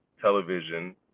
television